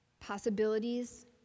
Possibilities